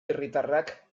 herritarrak